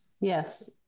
yes